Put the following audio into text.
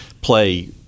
play